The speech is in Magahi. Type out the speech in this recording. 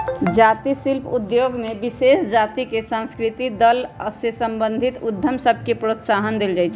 जाती शिल्प उद्योग में विशेष जातिके आ सांस्कृतिक दल से संबंधित उद्यम सभके प्रोत्साहन देल जाइ छइ